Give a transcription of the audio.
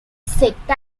sector